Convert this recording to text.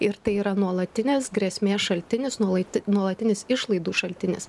ir tai yra nuolatinės grėsmės šaltinis nuolatinės grėsmės šaltinis nuolati nuolatinis išlaidų šaltinis